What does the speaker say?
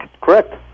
Correct